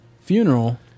funeral